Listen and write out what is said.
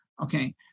Okay